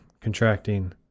contracting